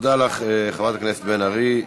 תודה לך, חברת הכנסת בן ארי.